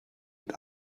mit